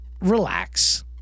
relax